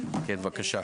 כן, בבקשה.